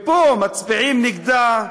ופה מצביעים נגדה,